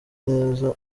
neza